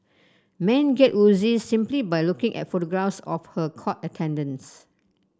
men get woozy simply by looking at photographs of her court attendance